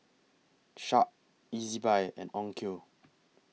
Sharp Ezbuy and Onkyo